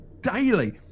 daily